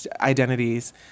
identities